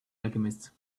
alchemist